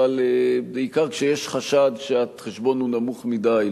אבל בעיקר כשיש חשד שהחשבון הוא נמוך מדי,